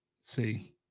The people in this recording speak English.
See